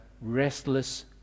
restless